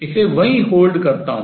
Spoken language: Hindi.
इसे वहीं hold होल्ड करता हूँ